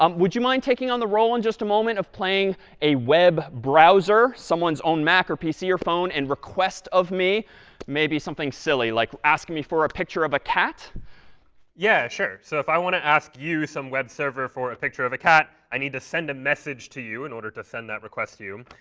um would you mind taking on the role in just a moment of playing a web browser, someone's own mac or pc or phone, and request of me maybe something silly, like asking me for a picture of a cat? brian yu yeah, sure. so if i want to ask you, some web server, for a picture of a cat, i need to send a message to you in order to send that request to you.